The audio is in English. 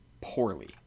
poorly